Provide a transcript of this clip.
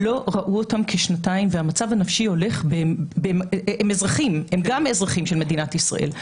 לא ראו אותם כשנתיים והמצב הנפשי הולך הם גם אזרחים של מדינת ישראל.